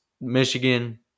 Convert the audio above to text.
Michigan